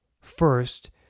first